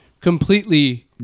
completely